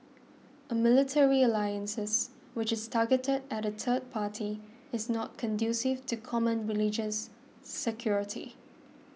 a military alliances which is targeted at a third party is not conducive to common religions security